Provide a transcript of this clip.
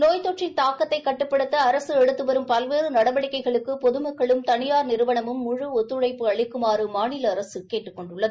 நோய் தொற்றின் தாக்கத்தை கட்டுப்படுத்த அரசு எடுத்து வரும் பல்வேறு நடவடிக்கைகளுக்கு பொதுமக்களும் தனியார் நிறுவனங்கும் முழு ஒத்துழைப்பு அளிக்குமாறு மாநில அரசு கேட்டுக் கொண்டுள்ளது